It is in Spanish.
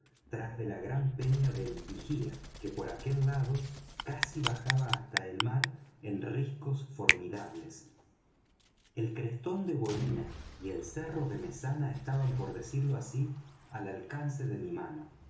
tras de la gran peña del vigía que por aquel lado casi bajaba hasta el mar en riscos formidables el crestón de bolina y el cerro de mesana estaban por decirlo así al alcance de mi mano